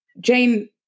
Jane